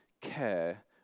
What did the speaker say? care